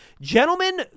Gentlemen